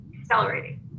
accelerating